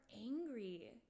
angry